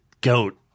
GOAT